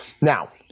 Now